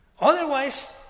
Otherwise